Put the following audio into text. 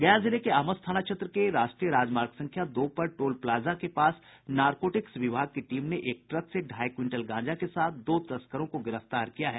गया जिले में आमस थाना क्षेत्र के राष्ट्रीय राजमार्ग संख्या दो पर टोल प्लाजा के पास नारकोटिक्स विभाग की टीम ने एक ट्रक से ढाई क्विंटल गांजा के साथ दो तस्करों को गिरफ्तार किया है